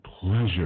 pleasure